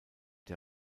der